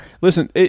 Listen